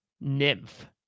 Nymph